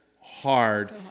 hard